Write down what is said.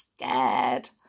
scared